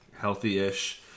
healthy-ish